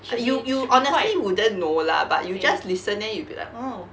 you you honestly wouldn't know lah but you just listen then you'll be like oh